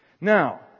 Now